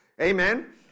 Amen